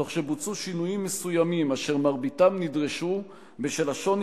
תוך שבוצעו שינויים מסוימים אשר מרביתם נדרשו בשל השוני